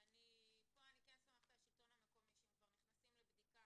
פה אני כן סומכת על השלטון המקומי שאם הם כבר נכנסים לבדיקה